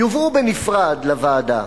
יובאו בנפרד לוועדה,